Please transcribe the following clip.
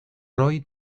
roy